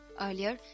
Earlier